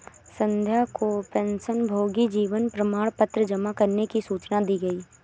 संध्या को पेंशनभोगी जीवन प्रमाण पत्र जमा करने की सूचना दी गई